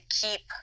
keep